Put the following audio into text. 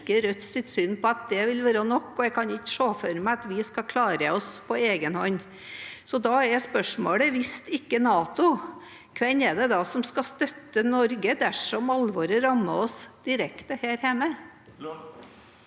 Rødts syn på at det vil være nok, og jeg kan ikke se for meg at vi skal klare oss på egen hånd. Da er spørsmålet: Hvis ikke NATO, hvem er det da som skal støtte Norge dersom alvoret rammer oss direkte her hjemme?